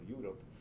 Europe